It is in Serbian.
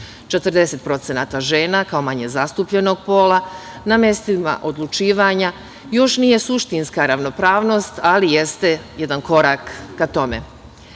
40% žena, kao manje zastupljenog pola, na mestima odlučivanja još nije suštinska ravnopravnost, ali jeste jedan korak ka tome. Što